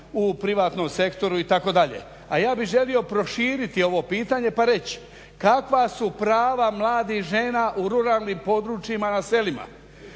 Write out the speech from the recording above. u privatnom sektoru itd. a ja bih želio proširiti ovo pitanje pa reći, kakva su prava mladih žena u ruralnim područjima na selima